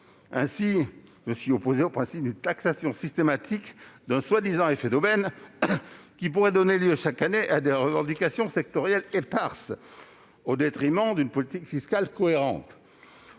Aussi suis-je opposé au principe d'une taxation systématique d'un soi-disant effet d'aubaine qui pourrait donner lieu, chaque année, à des revendications sectorielles éparses, au détriment d'une politique fiscale cohérente.